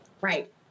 Right